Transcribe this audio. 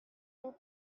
vous